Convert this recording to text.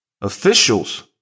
Officials